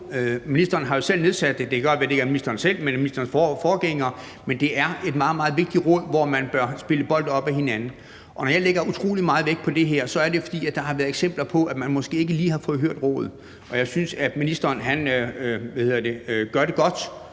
ministeren har jo selv nedsat det; det kan godt være, at det ikke er ministeren selv, men så en af ministerens forgængere. Men det er et meget, meget vigtigt råd, hvor man bør spille bold op ad hinanden. Når jeg lægger utrolig meget vægt på det her, er det jo, fordi der har været eksempler på, at man måske ikke lige har fået hørt rådet. Jeg synes, at ministeren gør det godt